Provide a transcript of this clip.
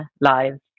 lives